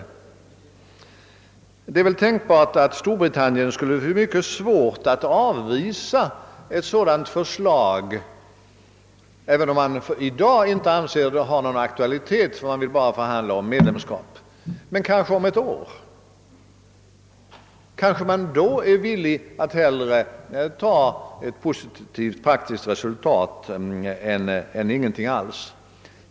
Det är väl tänkbart att Storbritannien skulle få mycket svårt att avvisa ett sådant förslag. I dag kanske man inte anser det ha någon aktualitet utan man vill endast förhandla om medlemskap, men om ett år kanske man är villig att hellre ta ett positivt, praktiskt resultat än inget alls.